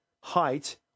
height